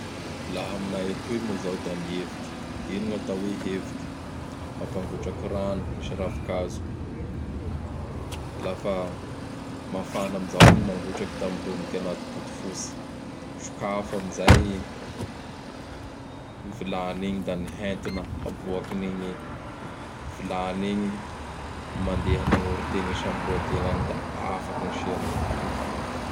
Laha aminay atoy moa zao da mieviky. Ino gn' atao hoe eviky? Mampangotraky rano misy ravi-kazo. Lafa mafana amin'izao igny mangotraky da milomboky agnaty bodofotsy. Sokafa amin'izay i vilany igny da gny hentona aboakan'igny vilany igny, mandeha amin'orotegna sy amin'gny lohategna agny da afaky gny sery am'gny gripa.